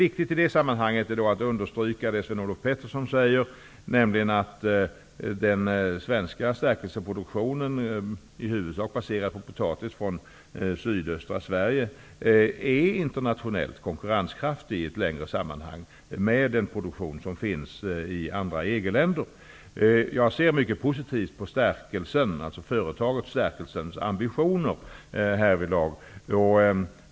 I det sammanhanget är det viktigt att understryka det Sven-Olof Petersson säger, nämligen att den svenska stärkelseproduktionen, i huvudsak baserad på potatis från sydöstra Sverige, är internationellt konkurrenskraftig i ett längre perspektiv -- i konkurrens med den produktion som finns i EG länder. Jag ser mycket positivt på Stärkelsens ambitioner härvidlag.